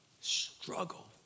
Struggle